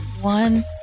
one